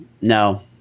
No